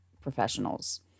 professionals